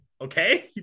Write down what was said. okay